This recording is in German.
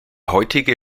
heutige